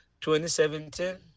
2017